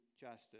justice